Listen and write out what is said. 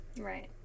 Right